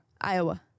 Iowa